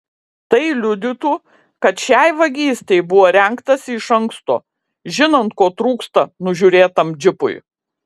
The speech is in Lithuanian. tai liudytų kad šiai vagystei buvo rengtasi iš anksto žinant ko trūksta nužiūrėtam džipui